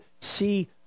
see